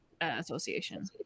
Association